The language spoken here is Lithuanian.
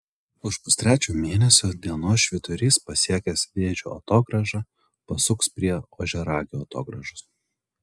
už pustrečio mėnesio dienos švyturys pasiekęs vėžio atogrąžą pasuks prie ožiaragio atogrąžos